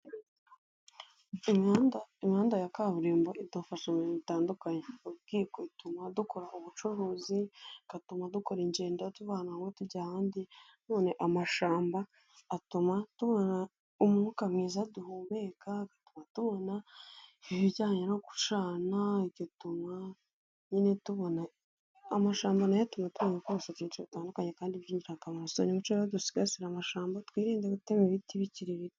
Imihanda, imihanda ya kaburimbo idufasha ibintu bitandukanye ubwikorezi ituma dukora ubucuruzi, igatuma dukora ingendo tuva ahantu hamwe tujya ahandi none amashamba atuma tubona umwuka mwiza duhumeka tubona ibijyanye no gucana, igatuma nyine tubona amashamba nayo ituma atanga ko utuce bitandukanye kandi byingirakamaro so mureke dusigasire amashyamba twirinde gutema ibiti bikiri bito.